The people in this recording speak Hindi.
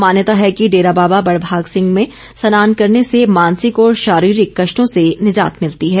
मान्यता है कि डेरा बाबा बड़भाग सिंह में स्नान करने से मानसिक और शारीरिक कष्टों से निजात मिलती है